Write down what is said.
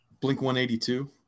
Blink-182